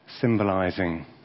symbolizing